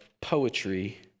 poetry